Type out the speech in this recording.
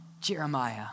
Jeremiah